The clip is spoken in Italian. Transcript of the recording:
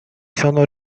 sono